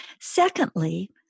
Secondly